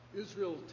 Israel